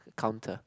counter